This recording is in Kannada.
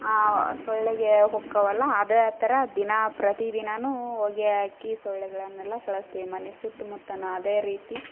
ಆ ಸೊಳ್ಳೆಗೆ ಹೊಕ್ಕವಲ್ಲ ಅದೇ ಥರ ದಿನ ಪ್ರತಿದಿನಾನು ಹೊಗೆ ಹಾಕಿ ಸೊಳ್ಳೆಗಳನ್ನೆಲ್ಲ ಕಳಿಸ್ತೀವಿ ಮನೆ ಸುತ್ತ ಮುತ್ತನ ಅದೇ ರೀತಿ